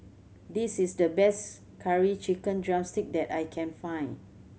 this is the best Curry Chicken drumstick that I can find